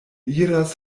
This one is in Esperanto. iras